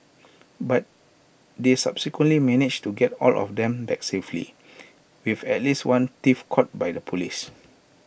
but they subsequently managed to get all of them back safely with at least one thief caught by the Police